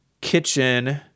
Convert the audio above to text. kitchen